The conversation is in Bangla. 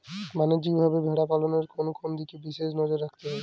বাণিজ্যিকভাবে ভেড়া পালনে কোন কোন দিকে বিশেষ নজর রাখতে হয়?